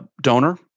Donor